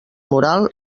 moral